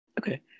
Okay